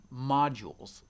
modules